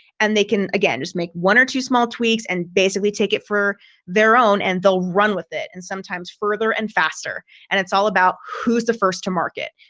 and they can again, just make one or two small tweaks and basically take it for their own. and they'll run with it and sometimes further and faster. and it's all about who's the first to market.